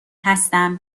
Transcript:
هستم